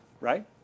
right